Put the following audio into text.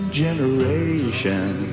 generation